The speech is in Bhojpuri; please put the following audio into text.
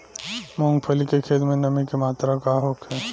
मूँगफली के खेत में नमी के मात्रा का होखे?